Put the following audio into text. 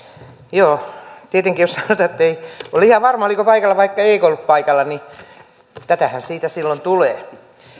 joo tietenkin jos sanotaan ettei ole ihan varma oliko paikalla vai eikö ollut paikalla niin tätähän siitä silloin tulee